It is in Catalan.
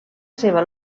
seva